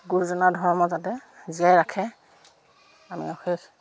গুৰুজনাৰ ধৰ্ম যাতে জীয়াই ৰাখে আমি অশেষ